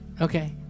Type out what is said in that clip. Okay